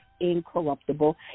incorruptible